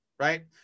Right